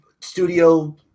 studio